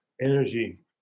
Energy